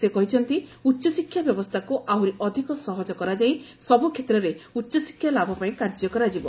ସେ କହିଛନ୍ତି ଉଚ୍ଚଶିକ୍ଷା ବ୍ୟବସ୍ଥାକୁ ଆହୁରି ଅଧିକ ସହଜ କରାଯାଇ ସବୁ କ୍ଷେତ୍ରରେ ଉଚ୍ଚଶିକ୍ଷା ଲାଭ ପାଇଁ କାର୍ଯ୍ୟ କରାଯିବ